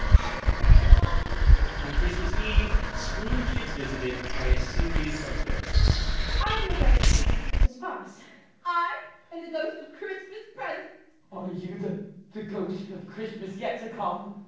everyone on christmas eve, scrooge gets visited by a series of ghosts i'm the ghost of christmas past i am and the ghost of christmas present are you the the ghost of christmas yet-to-come?